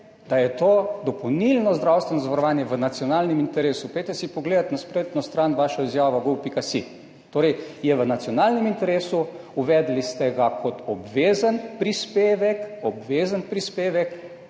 da je to dopolnilno zdravstveno zavarovanje v nacionalnem interesu. Pojdite si pogledat vašo izjavo na spletno stran gov.si. Torej je v nacionalnem interesu, uvedli ste ga kot obvezen prispevek, obvezen prispevek